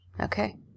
Okay